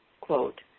quote